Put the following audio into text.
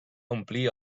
omplir